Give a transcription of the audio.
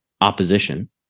opposition